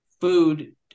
food